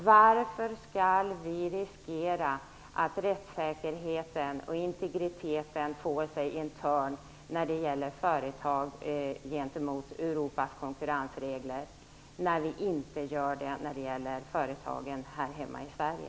Varför skall vi riskera att rättssäkerheten och integriteten får sig en törn när det gäller företag som bryter mot Europas konkurrensregler, när vi inte gör det när det gäller samma sak här hemma i Sverige?